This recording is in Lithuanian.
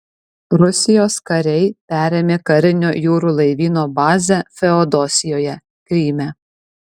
rusijos kariai perėmė karinio jūrų laivyno bazę feodosijoje kryme